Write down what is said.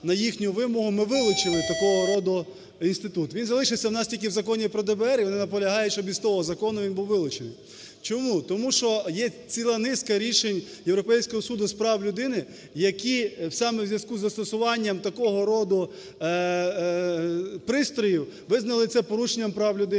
на їхню вимогу, ми вилучили такого роду інститут. Він залишився тільки в Законі про ДБР, і вони наполягають, щоб із того закону він був вилучений. Чому? Тому що є ціла низка рішень Європейського суду з прав людини, які саме в зв'язку з застосування такого роду пристроїв визнали це порушенням прав людини